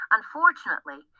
Unfortunately